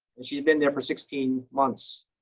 and she had been there for sixteen months.